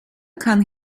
kann